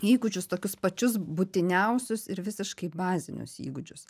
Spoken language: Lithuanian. įgūdžius tokius pačius būtiniausius ir visiškai bazinius įgūdžius